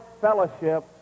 fellowship